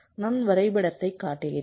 நான் வரைபடத்தைக் காட்டுகிறேன்